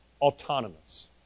autonomous